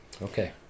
Okay